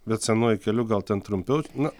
bet senuoju keliu gal ten trumpiau na